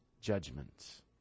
judgments